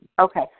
Okay